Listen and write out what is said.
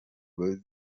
boys